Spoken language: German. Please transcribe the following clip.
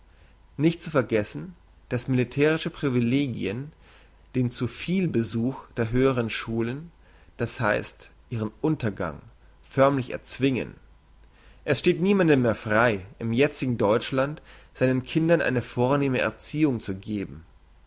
nicht zu vergessen dass militärische privilegien den zu viel besuch der höheren schulen das heisst ihren untergang förmlich erzwingen es steht niemandem mehr frei im jetzigen deutschland seinen kindern eine vornehme erziehung zu geben